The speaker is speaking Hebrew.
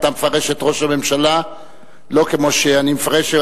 אתה מפרש את ראש הממשלה לא כמו שאני מפרש.